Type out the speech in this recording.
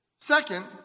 Second